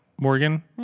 Morgan